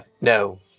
No